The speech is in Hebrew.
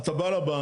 אתה בא לבנק.